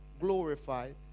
glorified